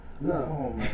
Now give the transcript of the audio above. No